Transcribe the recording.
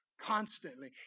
constantly